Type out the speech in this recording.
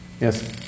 Yes